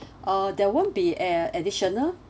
uh there won't be uh additional